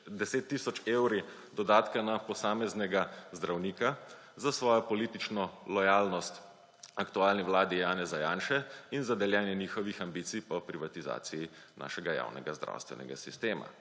10 tisoč evri dodatka na posameznega zdravnika za svojo politično lojalnost aktualni vladi Janeza Janše in za deljenje njihovih ambicij po privatizaciji našega javnega zdravstvenega sistema.